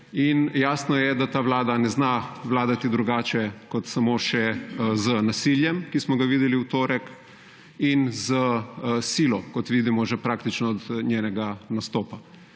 Jasno je, da ta vlada ne zna vladati drugače kot samo še z nasiljem, ki smo ga videli v torek, in s silo, ki jo vidimo že praktično od njenega nastopa.